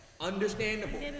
understandable